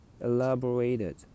elaborated